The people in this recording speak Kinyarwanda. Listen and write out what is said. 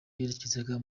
yerekezaga